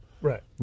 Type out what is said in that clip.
Right